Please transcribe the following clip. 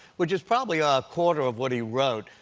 which is probably a quarter of what he wrote.